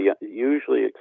usually